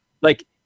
Like-